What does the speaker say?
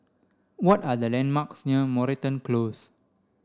what are the landmarks near Moreton Close